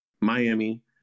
Miami